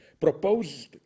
proposed